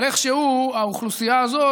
אבל איכשהו האוכלוסייה הזאת,